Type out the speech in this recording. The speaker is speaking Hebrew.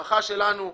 ההערכה שלנו,